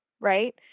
Right